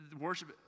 worship